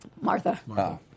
Martha